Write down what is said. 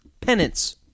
penance